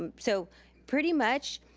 um so pretty much,